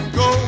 go